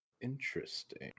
Interesting